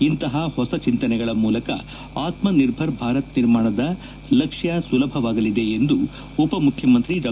ಇಂತಹ ಹೊಸ ಚಿಂತನೆಗಳ ಮೂಲಕ ಆತ್ಮ ನಿರ್ಭರ ಭಾರತ ನಿರ್ಮಾಣದ ಲಕ್ಷ್ಯ ಸುಲಭವಾಗಲಿದೆ ಎಂದು ಉಪಮುಖ್ಯಮಂತ್ರಿ ಡಾ